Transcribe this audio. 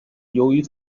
由于